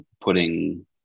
putting